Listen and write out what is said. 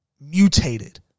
mutated